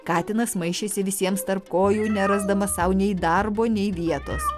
katinas maišėsi visiems tarp kojų nerasdamas sau nei darbo nei vietos